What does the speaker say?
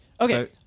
Okay